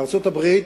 בארצות-הברית,